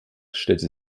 stellte